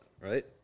right